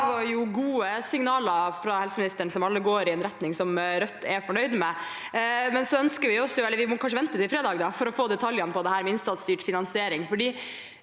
var gode signaler fra helseministeren, som alle går i en retning som Rødt er fornøyd med. Vi må kanskje vente til fredag for å få detaljene om innsatsstyrt finansiering.